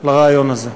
לרעיון הזה.